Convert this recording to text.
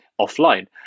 offline